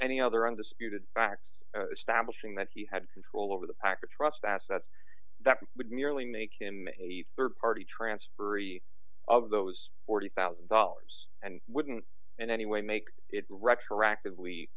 any other undisputed facts stablish in that he had control over the packer trust assets that would merely make him a rd party transferee of those forty thousand dollars and wouldn't in any way make it retroactive